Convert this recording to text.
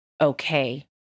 okay